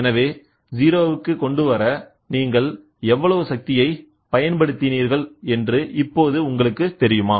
எனவே 0 வுக்கு கொண்டுவர நீங்கள் எவ்வளவு சக்தியை பயன்படுத்தினீர்கள் என்று இப்போது உங்களுக்கு தெரியுமா